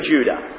Judah